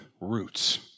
roots